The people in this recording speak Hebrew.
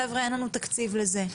חבר'ה, אין לנו תקציב לזה.